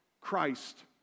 Christ